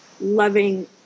loving